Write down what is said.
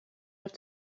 have